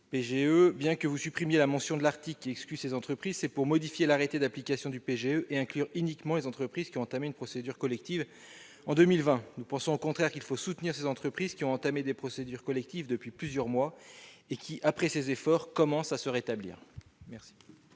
En effet, la suppression de la mention de l'article qui exclut ces entreprises a été assortie de la modification de l'arrêté d'application du PGE, afin d'inclure uniquement les entreprises qui ont entamé une procédure collective en 2020. Nous pensons au contraire qu'il faut soutenir ces entreprises, qui ont entamé des procédures collectives depuis plusieurs mois et qui, après ces efforts, commencent à se rétablir.